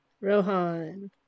Rohan